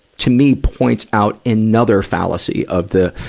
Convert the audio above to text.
to me, points out another fallacy of the,